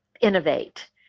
innovate